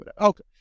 okay